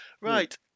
right